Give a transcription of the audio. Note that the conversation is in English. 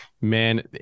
man